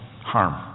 harm